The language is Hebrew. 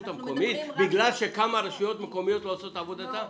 המקומית בגלל שכמה רשויות מקומיות לא עושות את עבודתן?